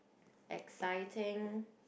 exciting